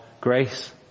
grace